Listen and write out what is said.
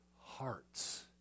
hearts